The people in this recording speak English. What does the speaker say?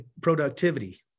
productivity